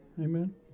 amen